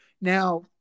Now